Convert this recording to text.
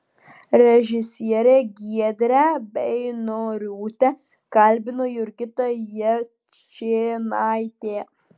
režisierę giedrę beinoriūtę kalbino jurgita jačėnaitė